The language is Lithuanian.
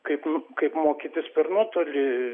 kaip kaip mokytis per nuotolį